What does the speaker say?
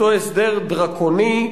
אותו הסדר דרקוני,